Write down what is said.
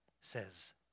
says